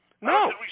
No